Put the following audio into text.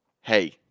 Hey